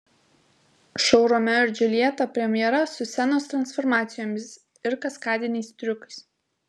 šou romeo ir džiuljeta premjera su scenos transformacijomis ir kaskadiniais triukais